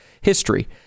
history